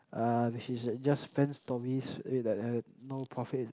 uh which is just fan stories like have no profit